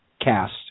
cast